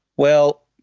well,